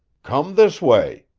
come this way,